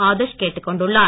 ஆதர்ஷ் கேட்டுக் கொண்டுள்ளார்